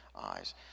eyes